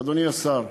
אדוני השר,